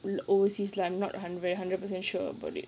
were overseas like I'm not err hundr~ hundred percent sure about it